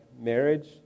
marriage